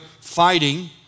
fighting